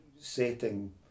setting